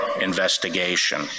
investigation